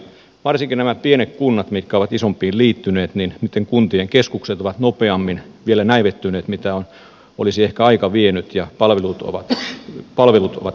varsinkin näitten pienten kuntien mitkä ovat isompiin liittyneet keskukset ovat vielä nopeammin näivettyneet kuin ehkä olisi aika tehnyt ja palvelut ovat keskittyneet keskuskaupunkeihin